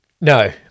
No